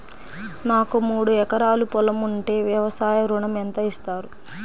నాకు మూడు ఎకరాలు పొలం ఉంటే వ్యవసాయ ఋణం ఎంత ఇస్తారు?